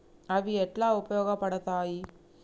అవి ఎట్లా ఉపయోగ పడతాయి?